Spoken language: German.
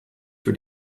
für